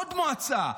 עוד מועצה.